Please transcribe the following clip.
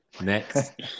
Next